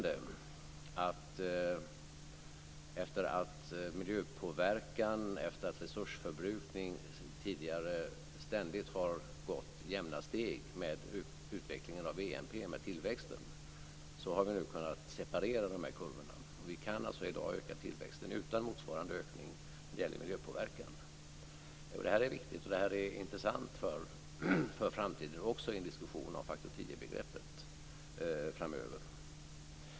Efter att miljöpåverkan och resursförbrukning tidigare ständigt har gått jämna steg med utvecklingen av BNP och tillväxten, är det glädjande att vi nu har kunnat separera de här kurvorna. Vi kan alltså i dag öka tillväxten utan motsvarande ökning när det gäller miljöpåverkan. Det här är viktigt, och det är intressant för framtiden, också i en diskussion om faktor tiobegreppet framöver.